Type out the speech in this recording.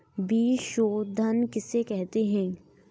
बीज शोधन किसे कहते हैं?